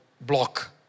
block